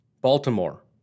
Baltimore